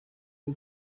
bwo